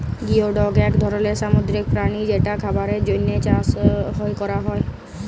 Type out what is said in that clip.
geoduck এক ধরলের সামুদ্রিক প্রাণী যেটা খাবারের জন্হে চাএ ক্যরা হ্যয়ে